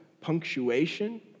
punctuation